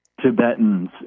Tibetans